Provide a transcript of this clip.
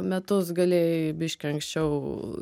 metus galėjai biškį anksčiau